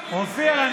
אופיר,